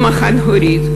אם חד-הורית.